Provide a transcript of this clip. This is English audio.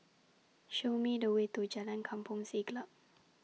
Show Me The Way to Jalan Kampong Siglap